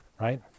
right